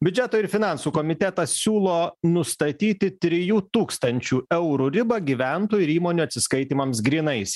biudžeto ir finansų komitetas siūlo nustatyti trijų tūkstančių eurų ribą gyventojų ir įmonių atsiskaitymams grynais